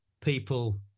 people